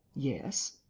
yes.